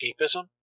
escapism